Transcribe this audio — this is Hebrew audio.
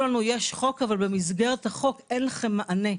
לנו: יש חוק אבל במסגרתו אין לכם מענה.